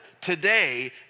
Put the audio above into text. Today